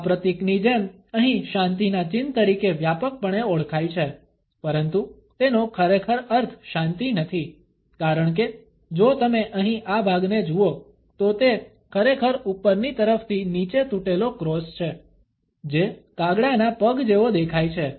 આ પ્રતીકની જેમ અહીં શાંતિના ચિહ્ન તરીકે વ્યાપકપણે ઓળખાય છે પરંતુ તેનો ખરેખર અર્થ શાંતિ નથી કારણ કે જો તમે અહીં આ ભાગને જુઓ તો તે ખરેખર ઉપરની તરફથી નીચે તૂટેલો ક્રોસ છે જે કાગડાના પગ જેવો દેખાય છે